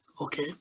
Okay